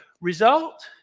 result